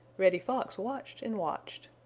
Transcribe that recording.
reddy fox watched and watched.